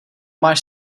máš